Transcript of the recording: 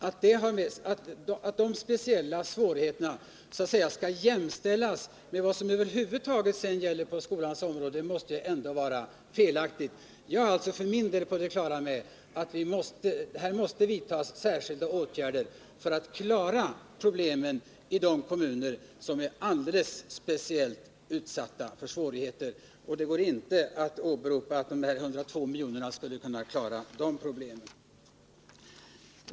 Att de speciella svårigheterna där skall jämställas med vad som över huvud taget gäller på skolans område måste ändå vara felaktigt. Jag är för min del på det klara med att det måste vidtas särskilda åtgärder för att klara problemen i de kommuner som är alldeles speciellt utsatta för svårigheter, och det går inte att åberopa att de 102 miljonerna skulle kunna klara de här problemen.